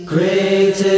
Great